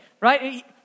Right